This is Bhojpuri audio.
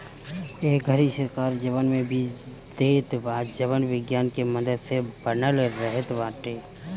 ए घरी सरकार जवन बीज देत बा जवन विज्ञान के मदद से बनल रहत बाटे